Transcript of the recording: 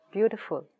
Beautiful